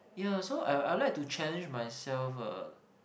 ya so I'll I'll like to challenge myself uh